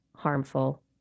harmful